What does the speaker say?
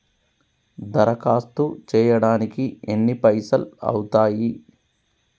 దరఖాస్తు చేయడానికి ఎన్ని పైసలు అవుతయీ?